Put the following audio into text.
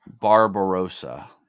Barbarossa